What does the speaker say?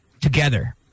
together